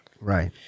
Right